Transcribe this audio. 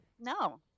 no